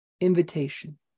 invitation